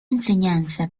enseñanza